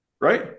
Right